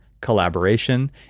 collaboration